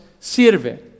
sirve